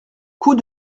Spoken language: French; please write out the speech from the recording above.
coup